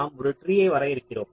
நாம் ஒரு ட்ரீ யை வரையறுக்கிறோம்